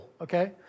okay